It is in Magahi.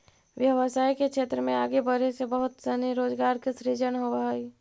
व्यवसाय के क्षेत्र में आगे बढ़े से बहुत सनी रोजगार के सृजन होवऽ हई